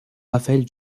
raphaël